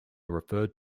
referred